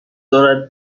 دارد